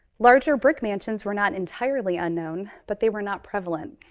larger brick mansions were not entirely unknown but they were not prevalent.